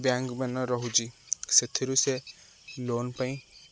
ବ୍ୟାଙ୍କମାନ ରହୁଛି ସେଥିରୁ ସେ ଲୋନ୍ ପାଇଁ